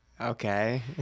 okay